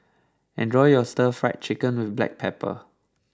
enjoy your Stir Fried Chicken with Black Pepper